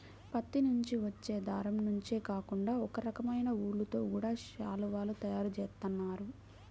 పత్తి నుంచి వచ్చే దారం నుంచే కాకుండా ఒకరకమైన ఊలుతో గూడా శాలువాలు తయారు జేత్తన్నారు